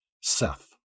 Seth